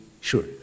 sure